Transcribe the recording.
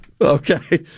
Okay